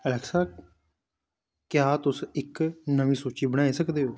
ऐसा क्या तुस इक नमीं सूची बनाई सकदे ओ